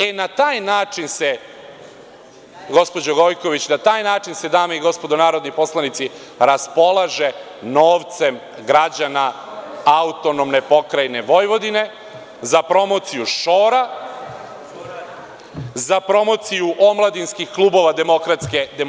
E, na taj način se, gospođo Gojković, na taj način se dame i gospodo narodni poslanici raspolaže novcem građana AP Vojvodine, za promociju šora, za promociju omladinskih klubova DS.